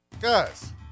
Guys